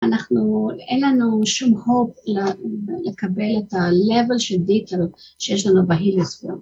אנחנו, אין לנו שום Hope לקבל את ה-Level של Detail שיש לנו בהליוספיר.